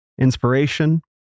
inspiration